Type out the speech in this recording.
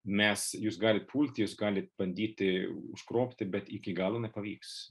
nes jūs galit pulti jūs galit bandyti užgrobti bet iki galo nepavyks